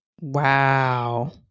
Wow